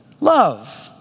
love